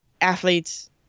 athletes